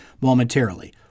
momentarily